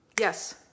Yes